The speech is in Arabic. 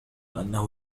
أنه